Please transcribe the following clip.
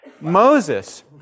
Moses